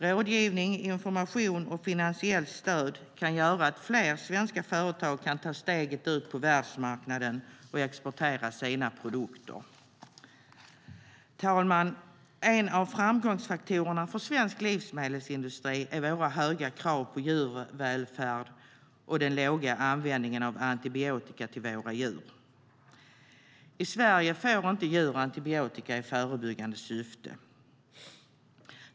Rådgivning, information och finansiellt stöd kan göra att fler svenska företag kan ta steget ut på världsmarknaden och exportera sina produkter. Herr talman! En av framgångsfaktorerna för svensk livsmedelsindustri är våra höga krav på djurvälfärd och den låga användningen av antibiotika till våra djur. I Sverige får inte djur antibiotika i förebyggande syfte.